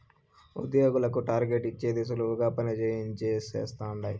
ఉద్యోగులకు టార్గెట్ ఇచ్చేది సులువుగా పని చేయించేది చేస్తండారు